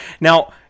now